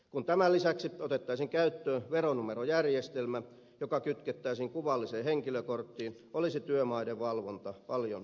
kun tämän lisäksi otettaisiin käyttöön veronumerojärjestelmä joka kytkettäisiin kuvalliseen henkilökorttiin olisi työmaiden valvonta paljon helpompaa